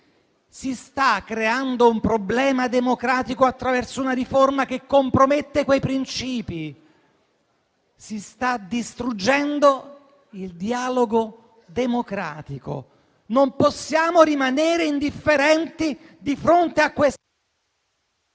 Si sta creando un problema democratico attraverso una riforma che compromette quei principi, si sta distruggendo il dialogo democratico. Non possiamo rimanere indifferenti di fronte a questa...